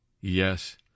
yes